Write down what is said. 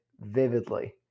vividly